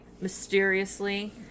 mysteriously